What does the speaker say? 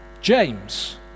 james